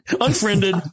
Unfriended